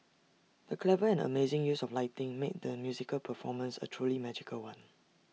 the clever and amazing use of lighting made the musical performance A truly magical one